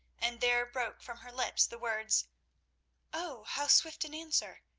and there broke from her lips the words oh, how swift an answer!